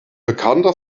bekannter